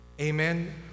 Amen